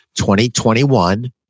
2021